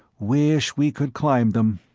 wish we could climb them.